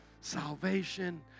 salvation